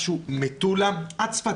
למטולה עד צפת.